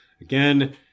again